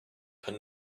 but